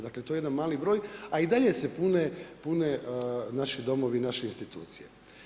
Dakle, to je jedan mali broj, a i dalje se pune naši domovi, naše institucije.